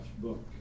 book